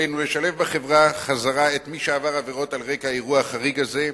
עלינו לשלב בחברה חזרה את מי שעבר עבירות על רקע האירוע החריג הזה,